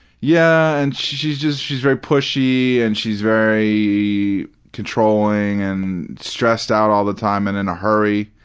yeah, and she's she's just she's very pushy and she's very controlling and stressed out all the time and in a hurry.